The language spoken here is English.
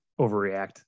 overreact